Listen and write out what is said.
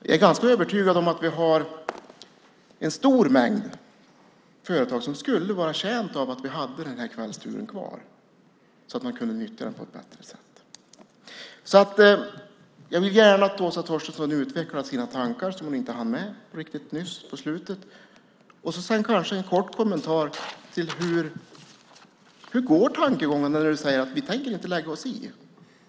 Jag är ganska övertygad om att vi har en stor mängd företag som skulle vara betjänta av att kvällsturen fanns kvar så att tåget kunde nyttjas på ett bättre sätt. Jag ser gärna att du, Åsa Torstensson, utvecklar sina tankar, vilket inte riktigt hanns med på slutet nyss. Kanske kunde du också ge en kort kommentar om tankegången. Du säger ju att ni inte tänker lägga er i.